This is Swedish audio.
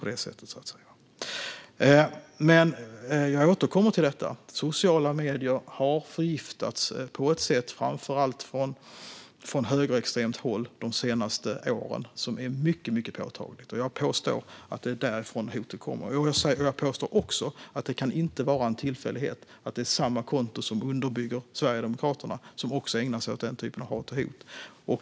Jag vill återkomma till att sociala medier har förgiftats de senaste åren, framför allt från högerextremt håll. Detta är mycket påtagligt. Jag påstår att det är därifrån hotet kommer. Jag påstår också att det inte kan vara en tillfällighet att samma konton som underbygger Sverigedemokraterna också ägnar sig åt den typen av hat och hot.